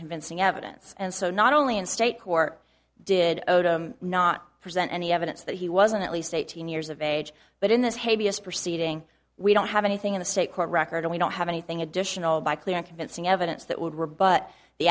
convincing evidence and so not only in state court did not present any evidence that he wasn't at least eighteen years of age but in this habeas proceeding we don't have anything in the state court record and we don't have anything additional by clear and convincing evidence that